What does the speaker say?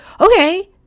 okay